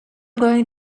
going